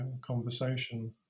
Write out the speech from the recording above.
conversation